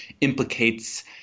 implicates